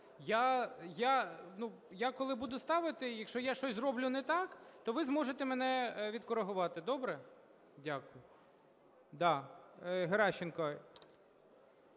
Я, коли буду ставити, якщо я щось зроблю не так, то ви зможете мене відкоригувати, добре? Дякую. Геращенко.